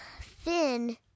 Finn